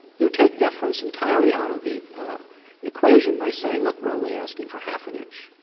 you take deference entirely out of the equation by saying, look, we're only asking for half an inch.